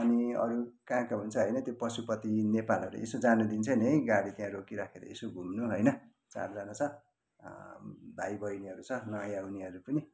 अनि अरू कहाँ कहाँ हुन्छ होइन त्यो पशुपति नेपालहहरू यसो जानुदिन्छ नि है गाडी त्यहाँ रोकिराखेर यसो घुम्नु होइन चारजना छ भाइ बहिनीहरू छ नयाँ उनीहरू पनि